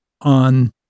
on